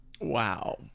Wow